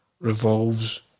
revolves